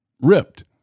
Ripped